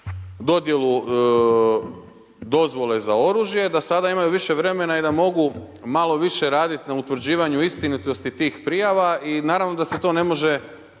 dodjelu dozvole za oružje, da sada imaju više vremena i da mogu malo više raditi na utvrđivanju istinitosti tih prijava i naravno da se to ne može